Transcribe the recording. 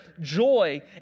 joy